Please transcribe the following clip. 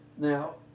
Now